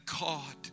God